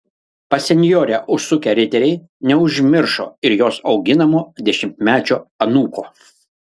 pas senjorę užsukę riteriai neužmiršo ir jos auginamo dešimtmečio anūko